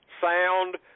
sound